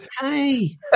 Hey